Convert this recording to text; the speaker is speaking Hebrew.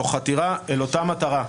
תוך חתירה אל אותה מטרה?